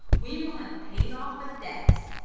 we will have paid off a debt.